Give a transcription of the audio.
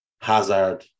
Hazard